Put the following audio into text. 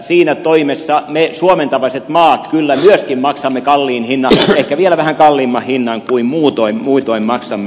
siinä toimessa me suomen tapaiset maat kyllä myöskin maksamme kalliin hinnan ehkä vielä vähän kalliimman hinnan kuin muutoin maksamme